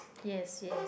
yes yes